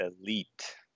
elite